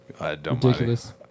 Ridiculous